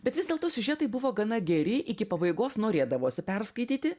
bet vis dėlto siužetai buvo gana geri iki pabaigos norėdavosi perskaityti